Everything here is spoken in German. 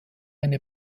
eine